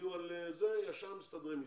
הודיעו על משהו, ישר מסתדרים אתם.